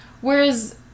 Whereas